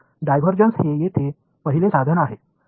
இங்கு டைவர்ஜென்ஸ் தான் முதல் கருவியாகும்